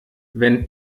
wenn